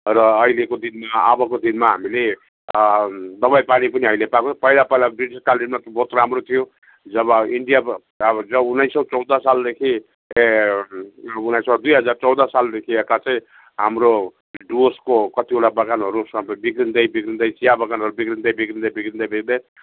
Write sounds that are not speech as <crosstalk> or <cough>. र अहिलेको दिनमा अबको दिनमा हामीले दबाईपानी पनि हामीले पाएको <unintelligible> पहिला पहिला ब्रिटिसकालिनमा त बहुत राम्रो थियो जब इन्डिया जब उन्नाइस सय चौध सालदेखि उन्नाइस सय दुई हजार चौध सालदेखि यता चाहिँ हाम्रो डुवर्सको कतिवटा बगानहरू सबै बिग्रिँदै बिग्रिँदै चिया बगानहरू बिग्रिँदै बिग्रिँदै बिग्रिँदै बिग्रिँदै